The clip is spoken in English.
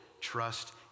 trust